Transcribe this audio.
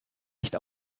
nicht